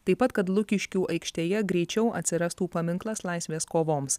taip pat kad lukiškių aikštėje greičiau atsirastų paminklas laisvės kovoms